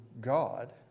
God